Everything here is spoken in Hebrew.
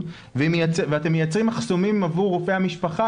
ואתם מייצרים מחסומים עבור רופאי המשפחה,